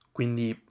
Quindi